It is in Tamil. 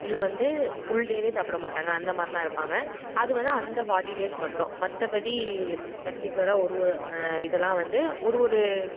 இல்லை வந்து ஃபுல் டே சாப்பிட மாட்டாங்க அந்தமாதிரிலாம் இருப்பாங்க அது வந்து அந்த ஃபாட்டி டேஸ் மட்டும் மற்றபடி பர்ட்டிக்குலராக ஒரு ஒரு இதெல்லாம் வந்து ஒரு ஒரு